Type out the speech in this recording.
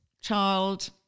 child